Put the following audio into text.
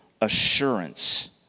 assurance